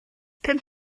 pum